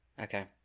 Okay